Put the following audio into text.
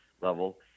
level